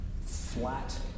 flat